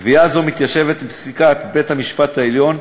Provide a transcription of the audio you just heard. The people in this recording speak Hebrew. קביעה זו מתיישבת עם פסיקת בית-המשפט העליון,